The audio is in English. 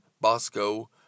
Bosco